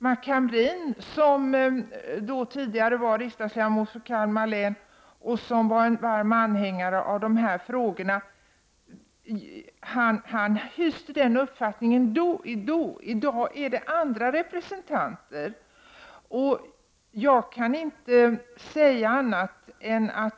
Mac Hamrin, som tidigare var riksdagsledamot för Kalmar län och som var varmt intresserad av dessa frågor, hyste då en uppfattning. I dag har vi andra representanter.